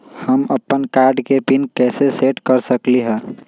हम अपन कार्ड के पिन कैसे सेट कर सकली ह?